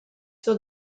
sur